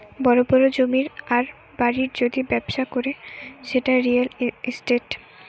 বড় বড় জমির আর বাড়ির যদি ব্যবসা করে সেটা রিয়্যাল ইস্টেট